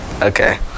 okay